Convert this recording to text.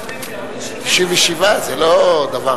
97, זה לא דבר,